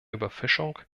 überfischung